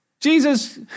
Jesus